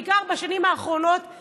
בעיקר בשנים האחרונות,